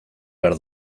behar